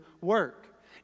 work